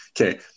okay